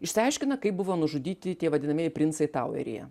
išsiaiškina kaip buvo nužudyti tie vadinamieji princai taueryje